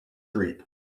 street